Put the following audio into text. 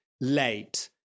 late